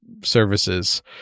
services